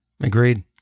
Agreed